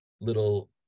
little